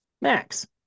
Max